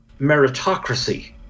meritocracy